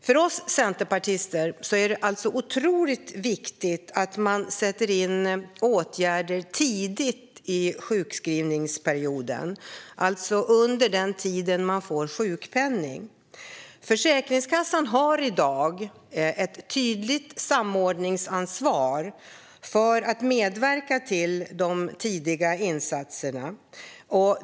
För oss centerpartister är det otroligt viktigt att åtgärder sätts in tidigt i sjukskrivningsperioden, alltså under den tid sjukpenning ges. Försäkringskassan har i dag ett tydligt samordningsansvar för att medverka till dessa tidiga insatser.